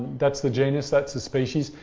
that's the genus, that's the species.